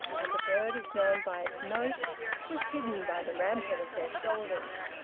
as a bird is known by its note was hidden by the rampart of their shoulders.